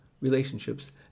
relationships